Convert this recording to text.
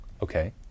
Okay